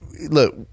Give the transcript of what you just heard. look